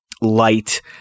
light